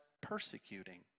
persecuting